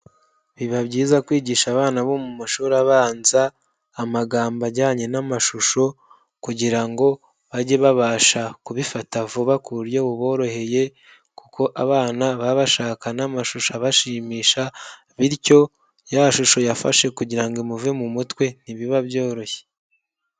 Biba byiza kwigisha abana bo mu mashuri abanza amagambo ajyanye n'amashusho kugira ngo bage babasha kubifata vuba ku buryo buboroheye kuko abana baba bashaka n'amashusho abashimisha bityo ya shusho yafashe kugira ngo imuve mu mutwe ntibiba byoroshye.